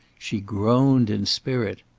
she groaned in spirit.